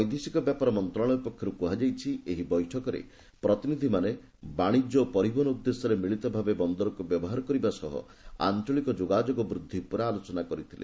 ବୈଦେଶିକ ବ୍ୟାପାର ମନ୍ତ୍ରଣାଳୟ ପକ୍ଷର୍ କ ହାଯାଇଛିଏହି ବୈଠକରେ ପ୍ରତିନିଧ୍ୟମାନେ ବାଣିଜ୍ୟ ଓ ପରିବହନ ଉଦ୍ଦେଶ୍ୟରେ ମିଳିତଭାବେ ବନ୍ଦରକ୍ତ ବ୍ୟବହାର କରିବା ସହ ଆଞ୍ଚଳିକ ଯୋଗାଯୋଗ ବୃଦ୍ଧି ଉପରେ ଆଲୋଚନା କରିଥିଲେ